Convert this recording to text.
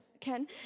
Ken